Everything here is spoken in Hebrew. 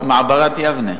מעברת יבנה.